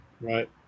Right